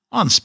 on